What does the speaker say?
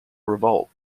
revolt